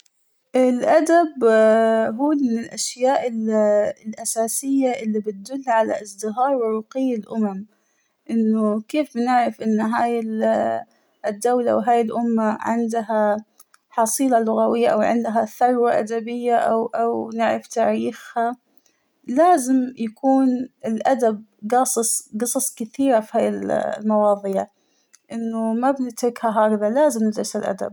الأدب هو من الأشياء الأساسية اللى تدل على إزدهار ورقى الامم، إنه كيف بنعرف أنه هاى الدولة وهاى الأمة عندها حصيلة لغوية أو عندها ثروة أدبية أو أو نعرف تاريخها ، لازم يكون الأدب قاصص قصص كثيرة فهاى المواضيع ، إنه ما بنتركها هكذا لآزم ندرس الأدب.